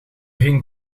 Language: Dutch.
ging